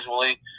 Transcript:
usually